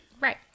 Right